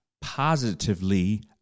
positively